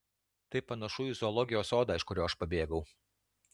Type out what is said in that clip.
tai panašu į zoologijos sodą iš kurio aš pabėgau